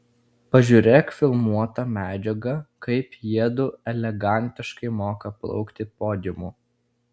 pažiūrėk filmuotą medžiagą kaip jiedu elegantiškai moka plaukti podiumu